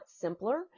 simpler